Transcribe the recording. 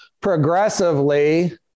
progressively